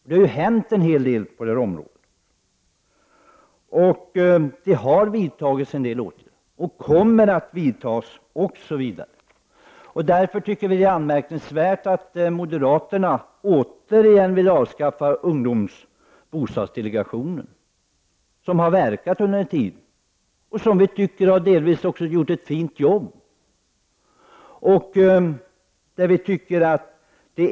Det har ju hänt en hel del på detta område. Det har vidtagits en del åtgärder och andra kommer att vidtas. Vi tycker det är anmärkningsvärt att moderaterna åter vill avskaffa ungdomsbostadsdelegationen, som har verkat under en tid och som vi tycker har delvis också gjort ett fint jobb.